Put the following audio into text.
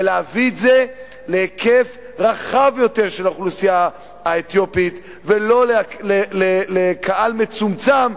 ולהביא את זה להיקף רחב יותר של האוכלוסייה האתיופית ולא לקהל מצומצם,